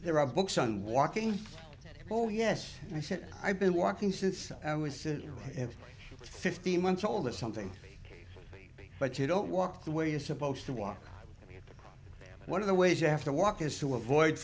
there are books on walking oh yes i said i've been walking since i was fifteen months old or something but you don't walk the way you're supposed to walk one of the ways you have to walk is to avoid